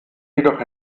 jedoch